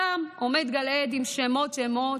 שם עומד גלעד עם שמות-שמות.